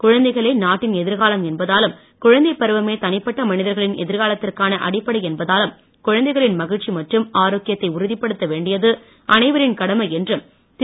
குழந்தைகளே நாட்டின் எதிர்காலம் என்பதாலும் குழந்தைப் பருவமே தனிப்பட்ட மனிதர்களின் எதிர்காலத்திற்கான அடிப்படை என்பதாலும் குழந்தைகளின் மகிழ்ச்சி மற்றும் ஆரோக்கியத்தை உறுதிப்படுத்த வேண்டியது அனைவரின் கடமை என்று திரு